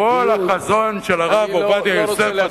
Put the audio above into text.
אם כל החזון של הרב עובדיה יוסף,